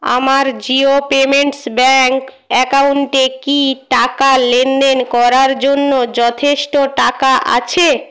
আমার Jio payments bank অ্যাকাউন্টে কি টাকা লেনদেন করার জন্য যথেষ্ট টাকা আছে